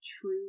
true